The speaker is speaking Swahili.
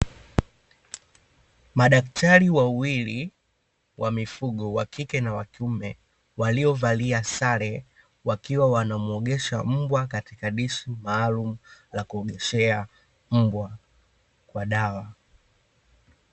Madaktari wawili wa mifugo wakike na wakiume, waliovalia sare wakiwa wanamuogesha mbwa katika dishi maalumu la kuogeshea mbwa kwa dawa.